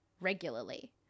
regularly